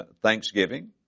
thanksgiving